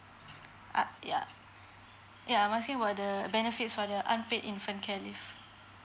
ah yeah yeah I'm asking about the benefits for the unpaid infant care leave